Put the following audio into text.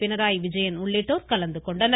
பினராயி விஜயன் உள்ளிட்டோர் கலந்து கொண்டனர்